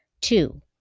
Two